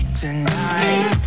tonight